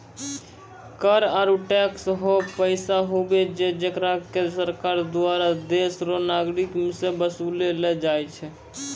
कर आरू टैक्स हौ पैसा हुवै छै जेकरा की सरकार दुआरा देस रो नागरिक सं बसूल लो जाय छै